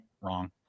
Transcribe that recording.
wrong